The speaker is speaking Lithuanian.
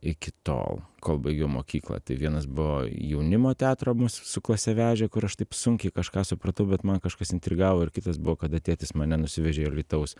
iki tol kol baigiau mokyklą vienas buvo jaunimo teatro mus su klase vežė kur aš taip sunkiai kažką supratau bet man kažkas intrigavo ir kitas buvo kada tėtis mane nusivežė į alytaus